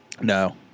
No